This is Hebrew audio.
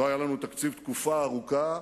לא היה לנו תקציב תקופה ארוכה,